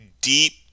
deep